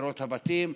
בחצרות הבתים.